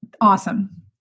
Awesome